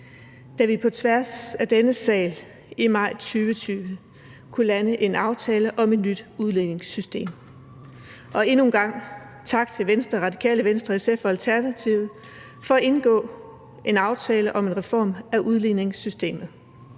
da vi på tværs af denne sal i maj 2020 kunne lande en aftale om et nyt udligningssystem. Og endnu en gang tak til Venstre, Radikale Venstre, SF og Alternativet for at indgå en aftale om en reform af udligningssystemet;